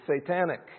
satanic